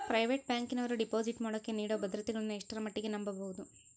Private ಬ್ಯಾಂಕಿನವರು deposit ಮಾಡೋಕೆ ನೇಡೋ ಭದ್ರತೆಗಳನ್ನು ಎಷ್ಟರ ಮಟ್ಟಿಗೆ ನಂಬಬಹುದು?